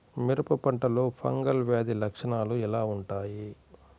మిరప పంటలో ఫంగల్ వ్యాధి లక్షణాలు ఎలా వుంటాయి?